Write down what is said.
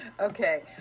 Okay